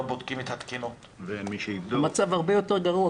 בודקים את התקינות -- המצב הרבה יותר גרוע,